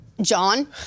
John